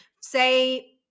say